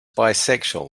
bisexual